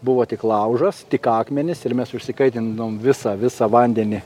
buvo tik laužas tik akmenys ir mes užsikaitinom visą visą vandenį